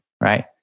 Right